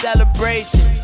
Celebration